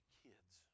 kids